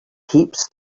heaps